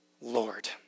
Lord